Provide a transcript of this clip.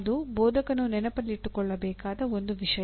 ಅದು ಬೋಧಕನು ನೆನಪಿನಲ್ಲಿಟ್ಟುಕೊಳ್ಳಬೇಕಾದ ಒಂದು ವಿಷಯ